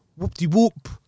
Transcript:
Whoop-de-whoop